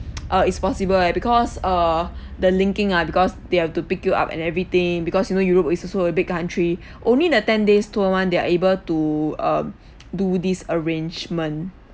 uh it's possible eh because err the linking ah because they have to pick you up and everything because you know europe is also a big country only the ten days tour [one] they're able to um do this arrangement